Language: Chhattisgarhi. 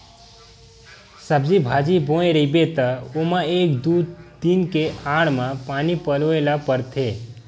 सब्जी बाजी बोए रहिबे त ओमा एक दू दिन के आड़ म पानी पलोए ल परथे